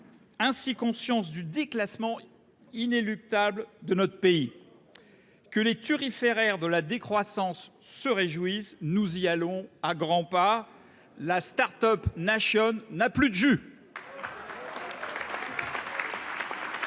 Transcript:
Ainsi conscience du déclassement. Inéluctable de notre pays. Que les thuriféraires de la décroissance, se réjouissent. Nous y allons à grands pas. La start-up nation n'a plus de jus.